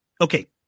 Okay